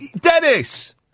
Dennis